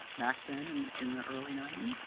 back then and in the early ninety s.